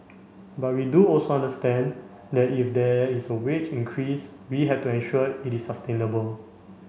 but we do also understand that if there is wage increase we have to ensure it is sustainable